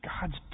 god's